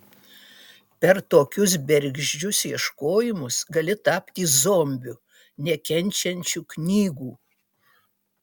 per tokius bergždžius ieškojimus gali tapti zombiu nekenčiančiu knygų